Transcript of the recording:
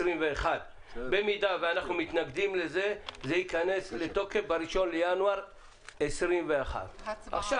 אם אנחנו מתנגדים לזה זה ייכנס לתוקף ב-1 בינואר 2021. עכשיו